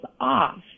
off